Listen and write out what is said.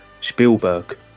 Spielberg